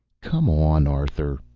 come on, arthur,